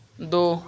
दो